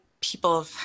people